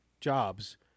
jobs